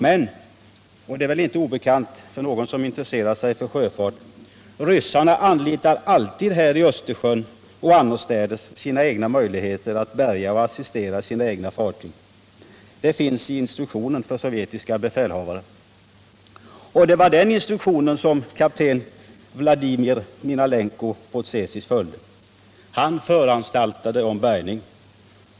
Men -— och det är väl inte obekant för någon som intresserar sig för sjöfart — ryssarna anlitar här i Östersjön och annorstädes alltid sina egna möjligheter att bärga och assistera sina fartyg. Det finns med i instruktionen för sovjetiska befälhavare. Och det var den instruktionen som kapten Vladimir Minalenko på Tsesis följde. Han föranstaltade om bärgning.